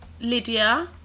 Lydia